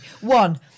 One